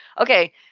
okay